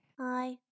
Hi